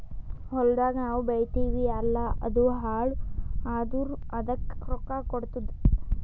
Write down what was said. ಹೊಲ್ದಾಗ್ ನಾವ್ ಬೆಳಿತೀವಿ ಅಲ್ಲಾ ಅದು ಹಾಳ್ ಆದುರ್ ಅದಕ್ ರೊಕ್ಕಾ ಕೊಡ್ತುದ್